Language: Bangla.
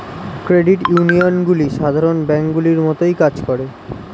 ক্রেডিট ইউনিয়নগুলি সাধারণ ব্যাঙ্কগুলির মতোই কাজ করে